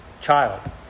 child